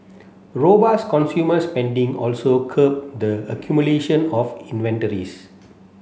robust consumer spending also curbed the accumulation of inventories